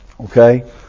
Okay